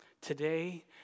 Today